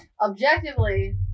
Objectively